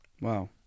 Wow